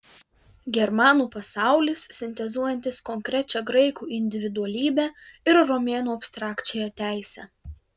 germanų pasaulis sintezuojantis konkrečią graikų individualybę ir romėnų abstrakčiąją teisę